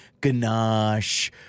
ganache